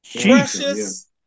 Precious